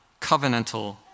covenantal